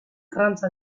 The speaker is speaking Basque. arrantza